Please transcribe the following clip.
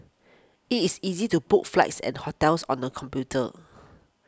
it is easy to book flights and hotels on the computer